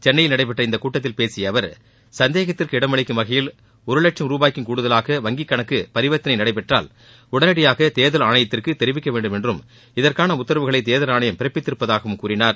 சென்னையில் நடைபெற்ற இக்கூட்டத்தில் பேசிய அவர் சந்தேகத்திற்கு இடமளிக்கும் வகையில் ஒரு வட்சம் ருபாய்க்கும் கூடுதலாக வங்கிக் கணக்கு பரிவர்த்தனை நடைபெற்றால் உடனடியாக தேர்தல் ஆணையத்திற்கு தெரிவிக்க வேண்டும் என்றும் இதற்கான உத்தரவுகளை தேர்தல் ஆணையம் பிறப்பித்திருப்பதாகவும் கூறினார்